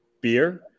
beer